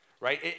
right